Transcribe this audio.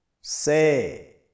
say